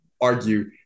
argue